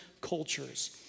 cultures